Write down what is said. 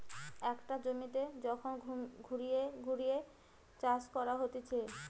একটা জমিতে যখন ঘুরিয়ে ঘুরিয়ে চাষ করা হতিছে